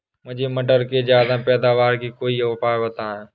मुझे मटर के ज्यादा पैदावार के लिए कोई उपाय बताए?